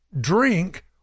drink